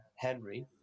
Henry